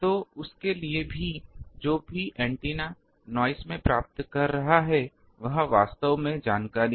तो उस के लिए जो भी ऐन्टेना नॉइस में प्राप्त कर रहा है वह वास्तव में जानकारी है